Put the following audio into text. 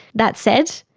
that said,